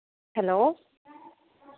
hello